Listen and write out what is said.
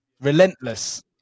relentless